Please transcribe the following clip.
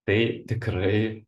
tai tikrai